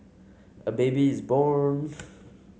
a baby is born